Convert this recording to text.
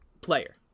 player